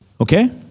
Okay